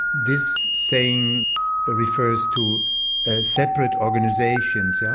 this saying ah refers to ah separate organisations, yes?